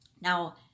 Now